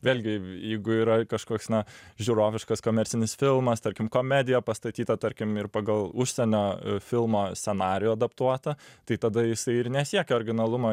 vėlgi jeigu yra kažkoks na žiūroviškas komercinis filmas tarkim komedija pastatyta tarkim ir pagal užsienio filmo scenarijų adaptuota tai tada jisai ir nesiekia originalumo